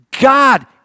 God